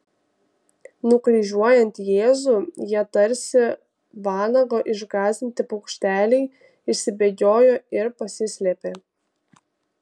nukryžiuojant jėzų jie tarsi vanago išgąsdinti paukšteliai išsibėgiojo ir pasislėpė